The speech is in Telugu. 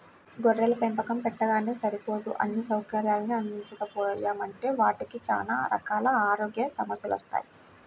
గొర్రెల పెంపకం పెట్టగానే సరిపోదు అన్నీ సౌకర్యాల్ని అందించకపోయామంటే వాటికి చానా రకాల ఆరోగ్య సమస్యెలొత్తయ్